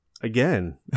Again